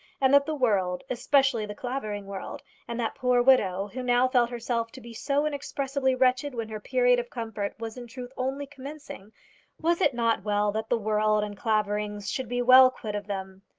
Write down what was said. and that the world especially the clavering world, and that poor widow, who now felt herself to be so inexpressibly wretched when her period of comfort was in truth only commencing was it not well that the world and clavering should be well quit of them?